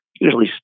usually